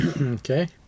Okay